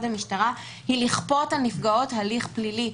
המשטרה היא לכפות על הנפגעות הליך פלילי,